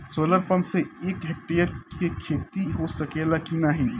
Solar pump से एक hectare क खेती हो सकेला की नाहीं?